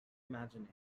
imagine